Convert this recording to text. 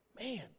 Man